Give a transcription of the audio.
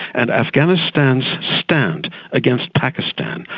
and afghanistan's stance against pakistan,